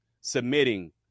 submitting